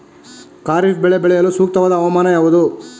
ಖಾರಿಫ್ ಬೆಳೆ ಬೆಳೆಯಲು ಸೂಕ್ತವಾದ ಹವಾಮಾನ ಯಾವುದು?